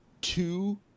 two